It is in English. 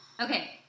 Okay